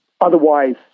otherwise